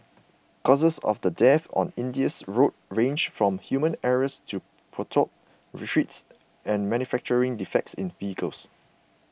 causes of the deaths on India's roads range from human error to potholed streets and manufacturing defects in vehicles